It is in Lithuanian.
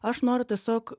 aš noriu tiesiog